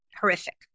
horrific